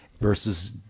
versus